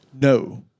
No